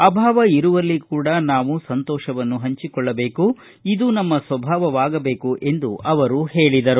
ಅಭಾವ ಇರುವಲ್ಲಿ ಕೂಡಾ ನಾವು ಸಂತೋಷವನ್ನು ಹಂಚಿಕೊಳ್ಳಬೇಕು ಇದು ನಮ್ಮ ಸ್ವಭಾವವಾಗಬೇಕು ಎಂದು ಅವರು ಹೇಳಿದರು